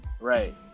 Right